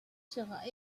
sera